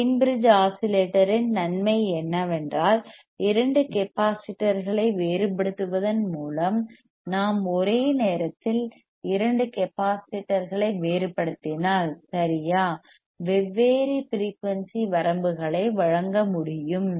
Wien bridge ஆஸிலேட்டரின் நன்மை என்னவென்றால் இரண்டு கெப்பாசிட்டர்களை வேறுபடுத்துவதன் மூலம் நாம் ஒரே நேரத்தில் இரண்டு கெப்பாசிட்டர்களை வேறுபடுத்தினால் சரியா வெவ்வேறு ஃபிரெயூனிசி வரம்புகளை வழங்க முடியும்